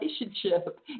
relationship